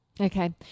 Okay